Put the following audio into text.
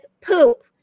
poop